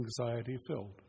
anxiety-filled